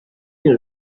you